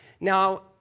Now